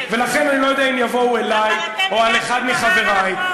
ולכן אני לא יודע אם יבואו אלי או לאחד מחברי,